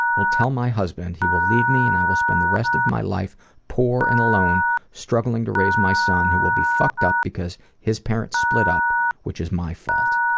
will tell my husband, he will leave me and i will spend the rest of my life poor and alone struggling to raise my son who will be fucked up because his parents split up which is my fault.